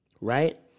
Right